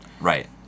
Right